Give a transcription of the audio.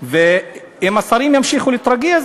ואם השרים ימשיכו להתרגז,